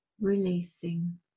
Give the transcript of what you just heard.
releasing